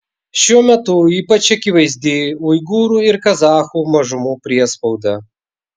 šiuo metu ypač akivaizdi uigūrų ir kazachų mažumų priespauda